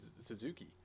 Suzuki